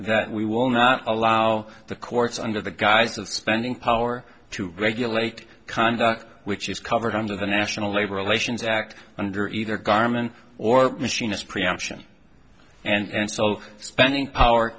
that we will not allow the courts under the guise of spending power to regulate conduct which is covered under the national labor relations act under either garment or machinist preemption and so spending power